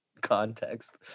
context